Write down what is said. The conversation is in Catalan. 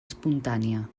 espontània